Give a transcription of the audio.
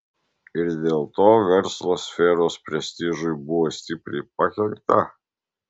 ir dėl to verslo sferos prestižui buvo stipriai pakenkta